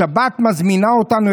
השבת מזמינה אותנו,